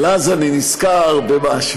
אבל אז אני נזכר במשהו,